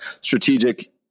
strategic